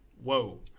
whoa